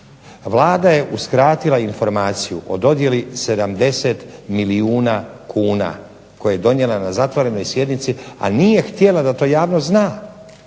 Vlada je uskratila informaciju o dodjelu 70 milijuna kuna koje je donijela na zatvorenoj sjednici, a nije htjela da to javnost zna.